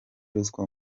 ruswa